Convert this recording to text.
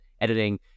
editing